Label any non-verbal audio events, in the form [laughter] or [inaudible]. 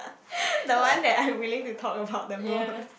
[laughs] the one that I am willing to talk about the most